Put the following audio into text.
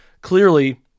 clearly